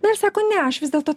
na ir sako ne aš vis dėlto